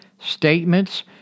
statements